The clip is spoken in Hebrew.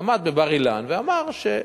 עמד בבר-אילן ואמר שהוא